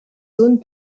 zones